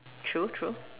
true true